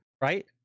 right